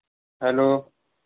hello